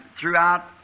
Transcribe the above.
throughout